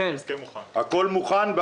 הכל מוכן.